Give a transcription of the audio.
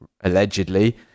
allegedly